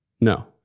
No